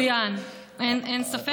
מצוין, אין ספק.